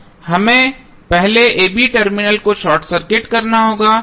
हमें पहले terminal a b को शॉर्ट सर्किट करना होगा